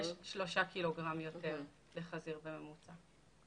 יש 3 ק"ג יותר לחזיר בממוצע.